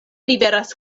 liveras